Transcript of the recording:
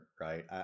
right